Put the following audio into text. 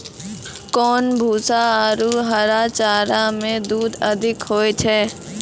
कोन भूसा आरु हरा चारा मे दूध अधिक होय छै?